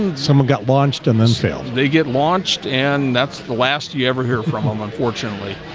some ah got launched and then failed they get launched and that's the last you ever hear from them unfortunately